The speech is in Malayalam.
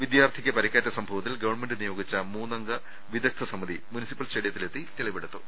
വിദ്യാർത്ഥിക്ക് പരി ക്കേറ്റ സംഭവത്തിൽ ഗവൺമെന്റ് നിയോഗിച്ച മൂന്നംഗ വിദഗ്ദ്ധ സമിതി മുൻസിപ്പൽ സ്റ്റേഡിയത്തിലെത്തി തെളിവെടുത്തു